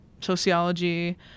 sociology